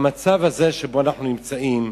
במצב הזה שבו אנחנו נמצאים,